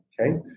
okay